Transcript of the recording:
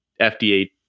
FDA